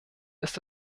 ist